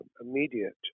immediate